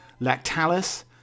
Lactalis